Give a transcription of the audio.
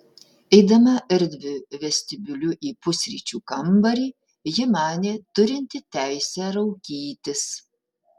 eidama erdviu vestibiuliu į pusryčių kambarį ji manė turinti teisę raukytis